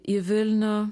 į vilnių